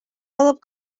кылып